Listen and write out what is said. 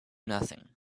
nothing